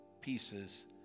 pieces